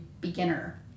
beginner